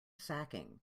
sacking